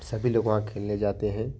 सभी लोग वहाँ खेलने जाते हैं